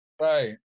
Right